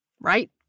Right